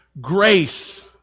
grace